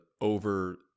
over